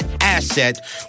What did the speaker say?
asset